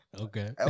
Okay